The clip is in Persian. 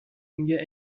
میگه